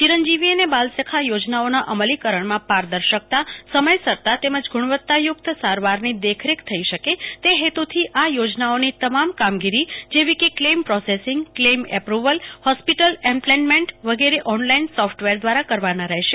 ચિરંજીવી અને બાલસખા યોજના ઓના અમલીકરણમાં પારદર્શકતા સમયસરતા તેમજ ગુણવતાયકત સારવારની દેખરેખ થઈ થઈ શકે તે હેતુથી આ યોજનાઓની તમામ કામગીરી જેવી ક claim processing claim approval hospital empanelment વગેરે ઓનલાઈન સોફટવેર દવારા કરવાના રહેશે